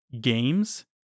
games